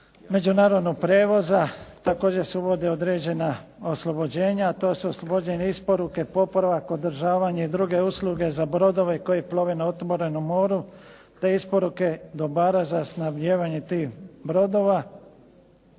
međunarodnog prijevoza također se uvode određena oslobođenja a to su oslobođene isporuke, popravak, održavanje i druge usluge za brodove koji plove na otvorenom moru te isporuke dobara za snabdijevanje tih brodova,